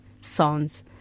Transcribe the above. songs